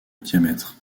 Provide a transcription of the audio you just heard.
diamètre